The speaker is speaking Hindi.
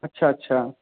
अच्छा अच्छा